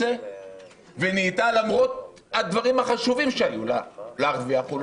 ולמרות הדברים החשובים שיכלה להרוויח לא